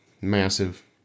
massive